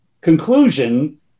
conclusion